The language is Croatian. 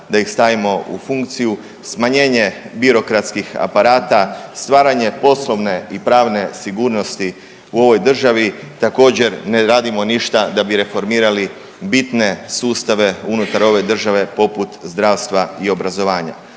da ih stavimo u funkciju, smanjenje birokratskih aparata, stvaranje poslovne i pravne sigurnosti u ovoj državi, također ne radimo ništa da bi reformirali bitne sustave unutar ove države poput zdravstva i obrazovanja.